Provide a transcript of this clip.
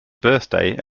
birthday